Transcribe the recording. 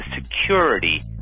security